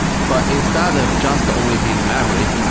but instead of just only being memory,